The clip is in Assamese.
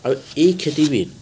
আৰু এই খেতিবিধ